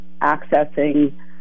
accessing